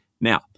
Now